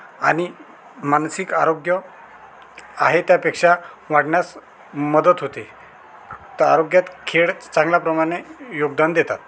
आणि मानसिक आरोग्य आहे त्यापेक्षा वाढण्यास मदत होते त्या आरोग्यात खेळ चांगल्याप्रमाणे योगदान देतात